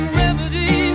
remedy